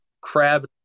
crab